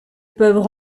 peuvent